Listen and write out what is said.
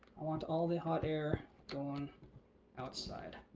i want all the hot air going outside.